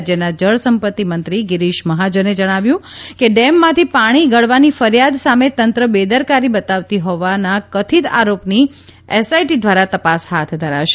રાજયના જળ સંપત્તિ મંત્રી ગિરીશ મહાજને જણાવ્યું હતું કે ડેમમાંથી પાણી ગળવાની ફરિયાદ સામે તંત્ર બેદરકારી બતાવવી હોવાના કથિત આરોપની એસઆઈટી દ્વારા તપાસ હાથ ધરાશે